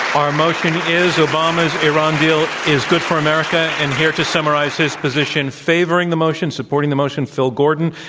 our motion is obama's iran deal is good for america. and here to summarize his position favoring the motion, supporting the motion, phil gordon.